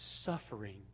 suffering